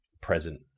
present